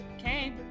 Okay